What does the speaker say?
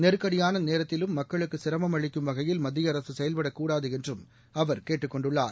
நெருக்கடியான நேரத்திலும் மக்களுக்கு சிரமம் அளிக்கும் வகையில் மத்திய செயல்படக்கூடாது என்றும் அவர் கேட்டுக் கொண்டுள்ளார்